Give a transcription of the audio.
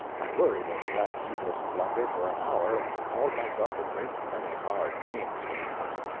i worried over that heedless blunder for an hour, and called myself a great many hard names, meantime.